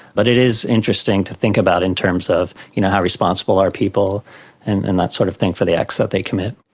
but it is interesting to think about in terms of you know how responsible are people and that sort of thing for the acts that they commit.